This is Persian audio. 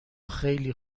خیلی